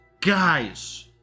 guys